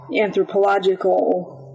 anthropological